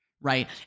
Right